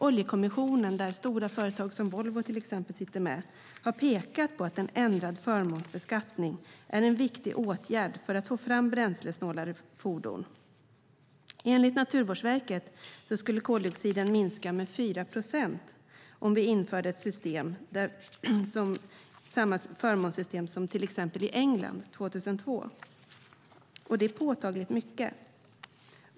Oljekommissionen, där stora företag såsom Volvo sitter med, har pekat på att en ändrad förmånsbeskattning är en viktig åtgärd för att få fram bränslesnålare fordon. Enligt Naturvårdsverket skulle koldioxidutsläppen minska med 4 procent om vi införde ett förmånssystem likt det som infördes i England 2002. Det är påtagligt mycket.